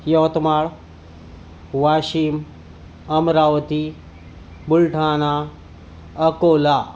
Yavatmal Washim Amravati Buldhana Akola